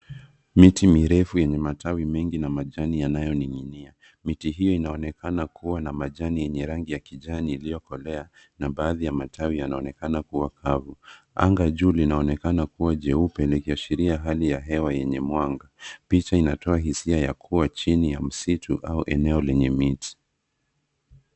Miti mirefu yenye matawi mengi na majani yanayoning'inia. Miti hiyo inaonekana kuwa na majani yenye rangi ya kijani iliyokolea na baadhi ya matawi yanaonekana kuwa kavu. Anga juu linaonekana kuwa jeupe likiashiria hali ya hewa yenye mwanga. Picha inatoa hisia ya kuwa chini ya msitu au eneo lenye miti.